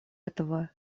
этого